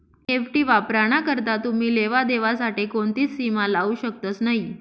NEFT वापराना करता तुमी लेवा देवा साठे कोणतीच सीमा लावू शकतस नही